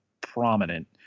prominent